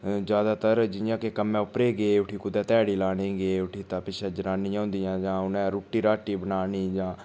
ज्यादातर जि'यां के कम्मै उप्परै गे उठी कुदै ध्याड़ी लाने गे उठी तां पिच्छै जनानियां होंदिया तां उ'नें रुट्टी राट्टी बनानी जां